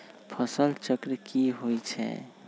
फसल चक्र की होई छै?